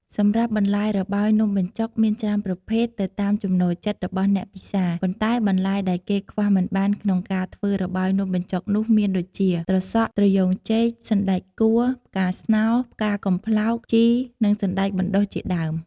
សម្រាប់បន្លែរបោយនំបញ្ចុកមានច្រើនប្រភេទទៅតាមចំណូលចិត្តរបស់អ្នកពិសា ប៉ុន្តែបន្លែដែលគេខ្វះមិនបានក្នុងការធ្វើរបោយនំបញ្ចុកនោះមានដូចជា ត្រសក់ ត្រយ៉ូងចេក សណ្តែកគួរ ផ្កាស្នោរ ផ្កាកំប្លោក ជី និងសណ្តែកបណ្តុះជាដើម។